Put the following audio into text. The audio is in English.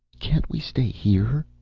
can't we stay here?